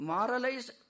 Moralized